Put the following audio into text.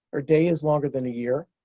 her day is longer than a year.